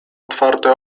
otwarte